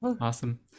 Awesome